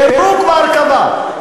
פירוק והרכבה.